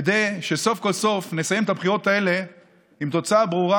כדי שסוף-כל-סוף נסיים את הבחירות האלה עם תוצאה ברורה: